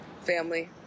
family